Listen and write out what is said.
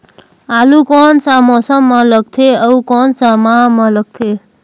आलू कोन सा मौसम मां लगथे अउ कोन सा माह मां लगथे?